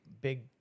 big